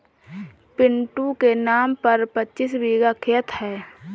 पिंटू के नाम पर पच्चीस बीघा खेत है